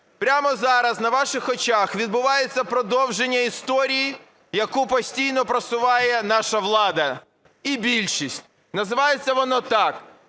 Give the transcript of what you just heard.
прямо зараз на ваших очах відбувається продовження історії, яку постійно просуває наша влада і більшість. Називається воно так: